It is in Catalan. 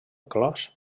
clos